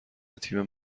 تیم